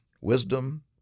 wisdom